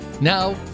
Now